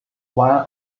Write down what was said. one